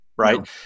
right